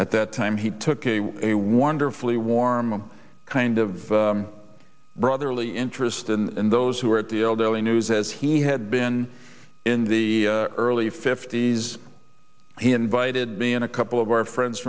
at that time he took a wonderfully warm kind of brotherly interest in those who were at the elderly news as he had been in the early fifty's he invited me in a couple of our friends